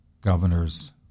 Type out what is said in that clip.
governor's